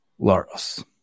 Laros